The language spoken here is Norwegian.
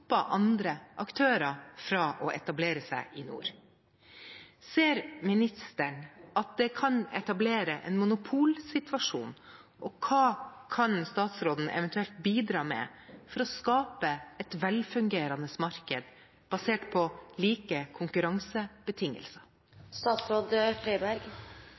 andre aktører fra å etablere seg i nord. Ser statsråden at det er etablert en monopolsituasjon, og kan statsråden bidra til å skape et velfungerende marked basert på like